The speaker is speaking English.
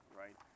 right